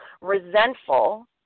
resentful